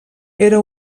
era